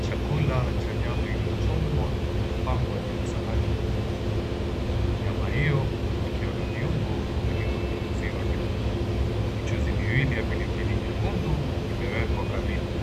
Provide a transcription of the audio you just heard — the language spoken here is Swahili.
Chakula cha nyama iliyochomwa kimepangwa juu ya sahani kubwa. Nyama hio ikiwa na viungo vilivyonyunyuziwa juu. Michuzi miwili ya pilipili nyekundu imewekwa karibu.